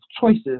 choices